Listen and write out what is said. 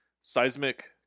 seismic